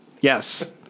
Yes